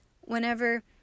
whenever